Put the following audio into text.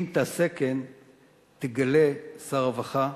אם תעשה כן תגלה, שר הרווחה,